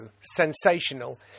sensational